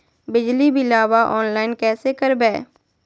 बिजली बिलाबा ऑनलाइन कैसे करबै?